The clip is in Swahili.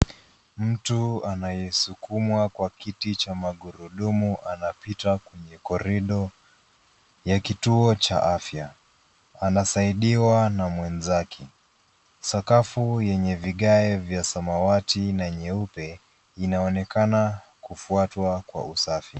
Mtu anayesukumwa kwa kiti cha magurudumu anapita kwenye korido ya kituo cha afya. Anasaidiwa na mwenzake. Sakafu yenye vigae vya samawati na nyeupe inaonekana kufuatwa kwa usafi.